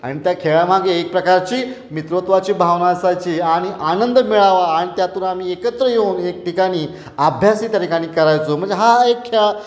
आणि त्या खेळामागे एक प्रकारची मित्रत्वाची भावना असायची आणि आनंद मिळावा आणि त्यातून आम्ही एकत्र येऊन एक ठिकाणी अभ्यास त्या ठिकाणी करायचो म्हणजे हा एक खेळा